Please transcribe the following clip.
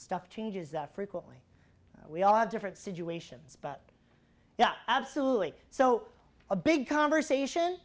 stuff changes frequently we all have different situations but yeah absolutely so a big conversation